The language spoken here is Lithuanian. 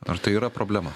ar tai yra problema